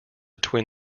twin